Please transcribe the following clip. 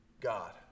God